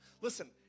Listen